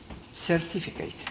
certificate